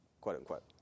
quote-unquote